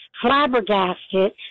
flabbergasted